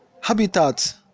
habitat